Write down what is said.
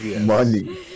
Money